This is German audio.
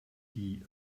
die